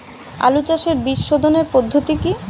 আলু চাষের বীজ সোধনের পদ্ধতি কি?